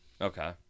Okay